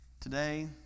Today